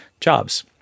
jobs